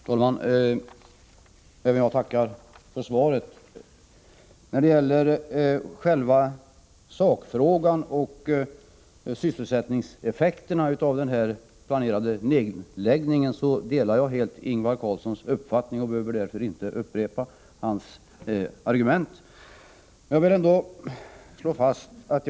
Herr talman! Även jag tackar för svaret. När det gäller själva sakfrågan Torsdagen den och sysselsättningseffekterna av den planerade nedläggningen delar jag helt — 14 februari 1985 Ingvar Karlssons i Bengtsfors uppfattning och behöver därför inte upprepa hans argument.